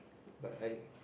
but I